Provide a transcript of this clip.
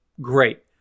great